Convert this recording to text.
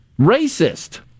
racist